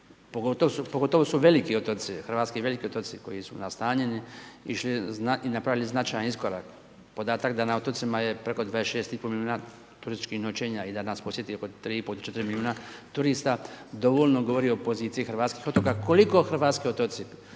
Pogotovo su veliki otoci, hrvatski veliki otoci koji su nastanjeni išli i napravili značajan iskorak. Podatak da na otocima je preko 26,5 milijuna turističkih noćenja i da nas posjeti oko 3,5-4 milijuna turista dovoljno govori o poziciji hrvatskih otoka, koliko hrvatski otoci,